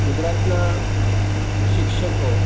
ગુજરાતના શિક્ષકો